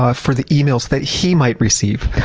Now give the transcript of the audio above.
ah for the emails that he might receive,